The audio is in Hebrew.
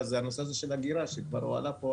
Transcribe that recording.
הוא הנושא הזה של אגירה שכבר הועלה פה.